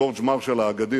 ג'ורג' מרשל האגדי,